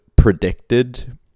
predicted